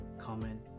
comment